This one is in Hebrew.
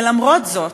ולמרות זאת,